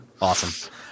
Awesome